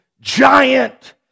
giant